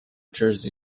jersey